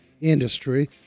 Industry